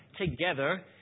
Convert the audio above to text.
together